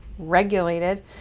regulated